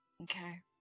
Okay